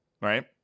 right